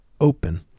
open